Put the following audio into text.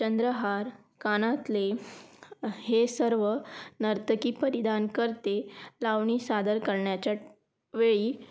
चंद्रहार कानातले हे सर्व नर्तकी परिधान करते लावणी सादर करण्याच्या वेळी